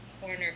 corner